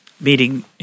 meeting –